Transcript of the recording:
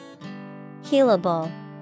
Healable